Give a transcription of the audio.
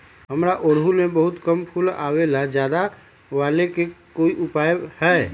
हमारा ओरहुल में बहुत कम फूल आवेला ज्यादा वाले के कोइ उपाय हैं?